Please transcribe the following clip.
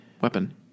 weapon